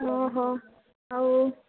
ଓ ହଃ ଆଉ